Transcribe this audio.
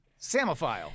Samophile